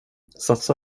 satsa